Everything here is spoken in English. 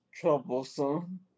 troublesome